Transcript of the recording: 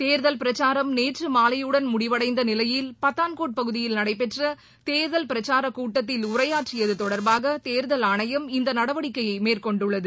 தேர்தல் பிரச்சாரம் நேற்று மாலையுடன் முடிவடைந்த நிலையில் பதான்கோட் பகுதியில் நடைபெற்ற தேர்தல் பிரச்சாரக் கூட்டத்தில் உரையாற்றியது தொடர்பாக தேர்தல் ஆணையம் இந்த நடவடிக்கையை மேற்கொண்டுள்ளது